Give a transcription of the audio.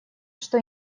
что